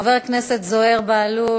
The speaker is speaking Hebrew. חבר הכנסת זוהיר בהלול